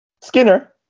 Skinner